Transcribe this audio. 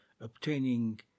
obtaining